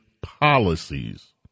policies